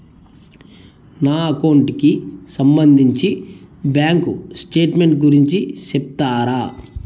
నా అకౌంట్ కి సంబంధించి బ్యాంకు స్టేట్మెంట్ గురించి సెప్తారా